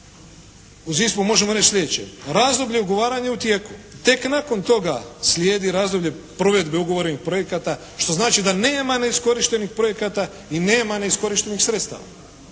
uz ISPA-u možemo reći slijedeće. Razdoblje ugovaranja je u tijeku. Tek nakon toga slijedi razdoblje provedbe ugovorenih projekata, što znači da nema neiskorištenih projekata i nema neiskorištenih sredstava.